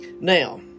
Now